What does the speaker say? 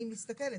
אני מסתכלת.